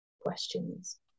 questions